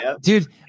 Dude